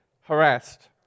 harassed